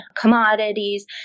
commodities